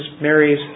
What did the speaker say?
Mary's